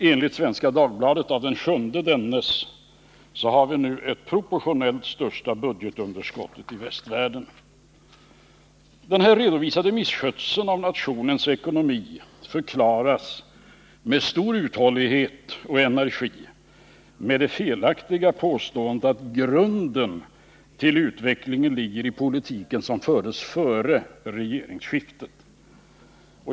Enligt Svenska Dagbladet av den 7 dennes har vi nu det proportionellt största budgetunderskottet i västvärlden. Denna redovisade misskötsel av nationens ekonomi förklaras med stor uthållighet och energi med det felaktiga påståendet att grunden till utvecklingen ligger i politiken som fördes före regeringsskiftet.